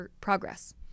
progress